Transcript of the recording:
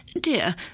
Dear